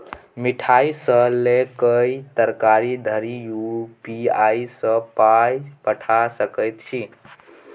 मिठाई सँ लए कए तरकारी धरि यू.पी.आई सँ पाय पठा सकैत छी